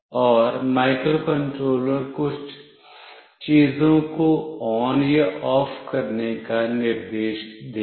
और माइक्रोकंट्रोलर कुछ चीजों को ON या OFF करने का निर्देश देगा